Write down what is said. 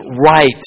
right